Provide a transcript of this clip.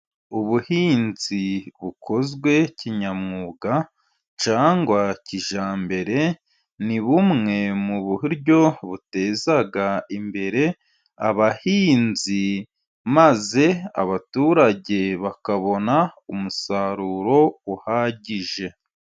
Ubuhinzi bukozwe kinyamwuga cyangwa kijyambere, ni bumwe mu buryo buteza imbere abahinzi, maze abaturage bakabona umusaruro uhagije.